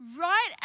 Right